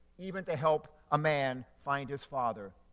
even to help a man find his father.